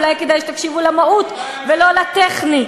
אולי כדאי שתקשיבו למהות ולא לטכני.